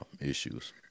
issues